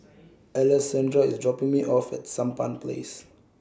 Alessandra IS dropping Me off At Sampan Place